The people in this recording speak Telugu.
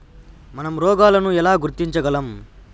మనం రోగాలను ఎలా గుర్తించగలం?